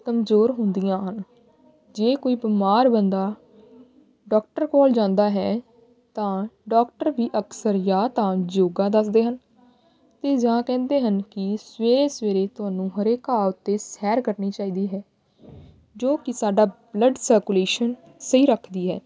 ਕਮਜ਼ੋਰ ਹੁੰਦੀਆਂ ਹਨ ਜੇ ਕੋਈ ਬਿਮਾਰ ਬੰਦਾ ਡਾਕਟਰ ਕੋਲ ਜਾਂਦਾ ਹੈ ਤਾਂ ਡਾਕਟਰ ਵੀ ਅਕਸਰ ਜਾਂ ਤਾਂ ਯੋਗਾ ਦੱਸਦੇ ਹਨ ਅਤੇ ਜਾਂ ਕਹਿੰਦੇ ਹਨ ਕਿ ਸਵੇਰੇ ਸਵੇਰੇ ਤੁਹਾਨੂੰ ਹਰੇ ਘਾਹ ਉੱਤੇ ਸੈਰ ਕਰਨੀ ਚਾਹੀਦੀ ਹੈ ਜੋ ਕਿ ਸਾਡਾ ਬਲੱਡ ਸਰਕੂਲੇਸ਼ਨ ਸਹੀ ਰੱਖਦੀ ਹੈ